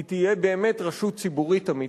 היא תהיה באמת רשות ציבורית אמיתית.